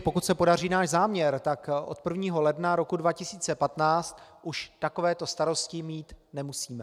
Pokud se podaří náš záměr, tak od 1. ledna roku 2015 už takovéto starosti mít nemusíme.